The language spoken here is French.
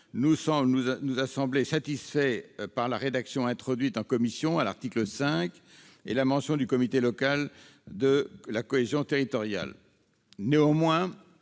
nous a semblé satisfait par la rédaction introduite en commission à l'article 5 avec la mention du comité local de la cohésion territoriale. Néanmoins,